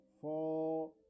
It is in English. Four